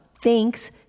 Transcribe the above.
thanks